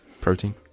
Protein